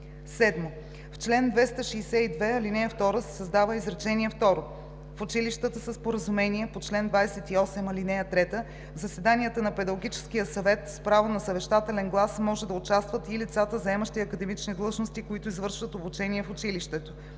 7. В чл. 262, ал. 2 се създава изречение второ: „В училищата със споразумение по чл. 28, ал. 3 в заседанията на педагогическия съвет с право на съвещателен глас може да участват и лицата, заемащи академични длъжности, които извършват обучение в училището.“